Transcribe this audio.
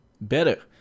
better